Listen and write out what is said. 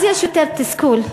אז יש יותר תסכול,